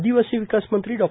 आदिवासी विकास मंत्री डॉ